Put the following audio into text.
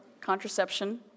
contraception